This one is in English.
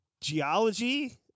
geology